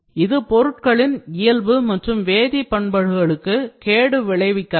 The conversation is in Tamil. இது பொருட்களின் இயல்பு மற்றும் வேதி பண்புகளுக்கு கேடு விளைவிக்கலாம்